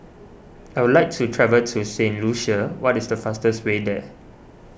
I would like to travel to Saint Lucia what is the fastest way there